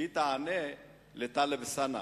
שהיא תענה לטלב אלסאנע,